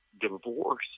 divorce